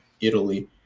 Italy